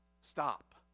Stop